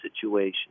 situation